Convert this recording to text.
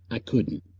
i couldn't.